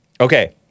Okay